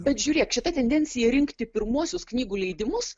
bet žiūrėk šita tendencija rinkti pirmuosius knygų leidimus